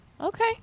Okay